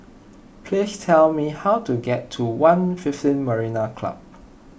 please tell me how to get to one fifteen Marina Club